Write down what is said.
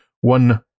one